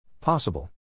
Possible